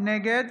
נגד